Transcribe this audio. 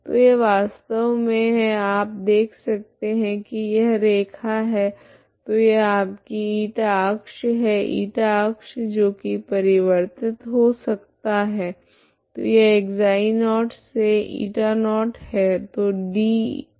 तो यह वास्तव मे है आप देख सकते है की यह रैखा है तो यह आपकी η अक्ष है η अक्ष जो की परिवर्तित हो सकता है तो यह ξ0 से η0 है